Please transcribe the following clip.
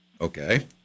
okay